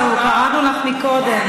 זהו, קראנו לך קודם.